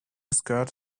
skirt